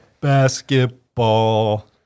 Basketball